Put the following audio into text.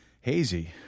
hazy